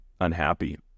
unhappy